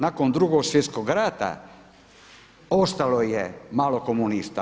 Nakon Drugog svjetskog rata ostalo je malo komunista.